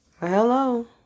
Hello